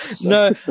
no